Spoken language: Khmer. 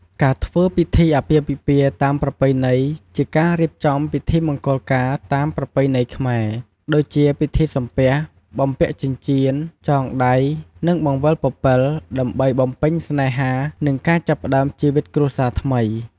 ការធ្វើពិធីអាពាហ៍ពិពាហ៍តាមប្រពៃណីជាការរៀបចំពិធីមង្គលការតាមប្រពៃណីខ្មែរ ដូចជាពិធីសំពះ បំពាក់ចិញ្ចៀន ចងដៃ និងបង្វិលពពិល ដើម្បី បំពេញស្នេហា និងការចាប់ផ្តើមជីវិតគ្រួសារថ្មី។